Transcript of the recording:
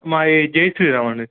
మావి ఇవి జై శ్రీరామ్ అండి